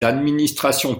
administrations